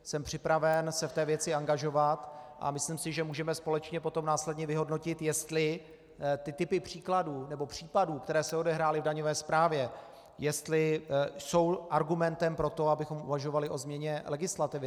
Jsem připraven se v té věci angažovat a myslím si, že můžeme společně potom následně vyhodnotit, jestli ty typy příkladů nebo případů, které se odehrály v daňové správě, jestli jsou argumentem pro to, abychom uvažovali o změně legislativy.